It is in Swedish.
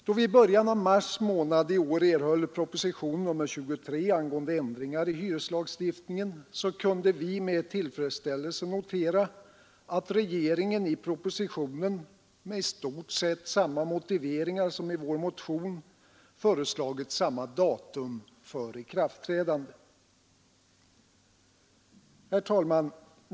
Då vi i början av mars månad i år erhöll propositionen 23 angående ändringar i hyreslagstiftningen, kunde vi med tillfredsställelse notera att regeringen i propositionen — med i stort sett samma motiveringar som i vår motion — föreslagit samma datum för ikraftträdandet.